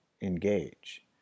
engage